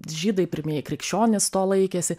žydai pirmieji krikščionys to laikėsi